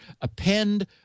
append